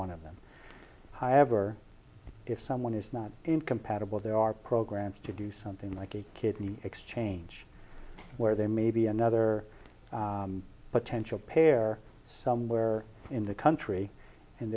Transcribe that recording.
one of them however if someone is not incompatible there are programs to do something like a kidney exchange where there may be another potential pair somewhere in the country and